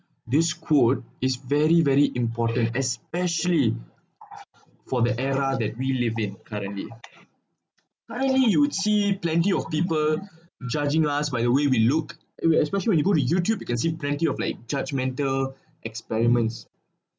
this quote is very very important especially for the era that we live in currently I mean you would see plenty of people judging us by the way we look it will especially when you go to youtube you can see plenty of like judgmental experiments